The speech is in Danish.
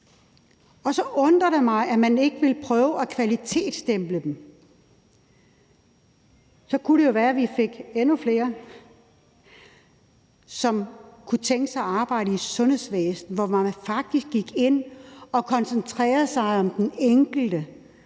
og så undrer det mig, at man ikke vil prøve at kvalitetsstemple dem. Så kunne det jo være, at vi fik endnu flere, som kunne tænke sig at arbejde i et sundhedsvæsen, hvor man faktisk gik ind og koncentrerede sig om den enkelte